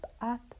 up